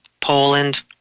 Poland